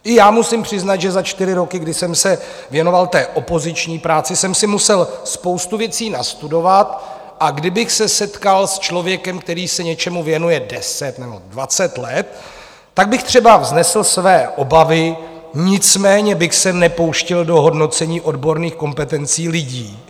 I já musím přiznat, že za čtyři roky, kdy jsem se věnoval opoziční práci, jsem si musel spoustu věcí nastudovat, a kdybych se setkal s člověkem, který se něčemu věnuje deset nebo dvacet let, tak bych třeba vznesl své obavy, nicméně bych se nepouštěl do hodnocení odborných kompetencí lidí.